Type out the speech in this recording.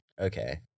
Okay